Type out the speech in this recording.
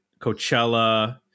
Coachella